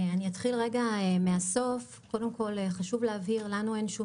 אתחיל מהסוף חשוב להבהיר לנו אין שום